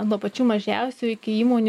nuo pačių mažiausių iki įmonių